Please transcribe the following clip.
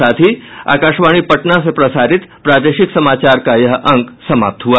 इसके साथ ही आकाशवाणी पटना से प्रसारित प्रादेशिक समाचार का ये अंक समाप्त हुआ